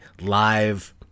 live